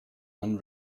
than